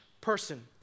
person